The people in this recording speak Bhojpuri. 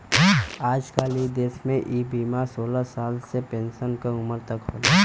आजकल इ देस में इ बीमा सोलह साल से पेन्सन क उमर तक होला